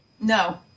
No